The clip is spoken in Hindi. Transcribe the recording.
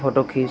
फोटो खींच